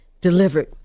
delivered